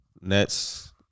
Nets